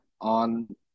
on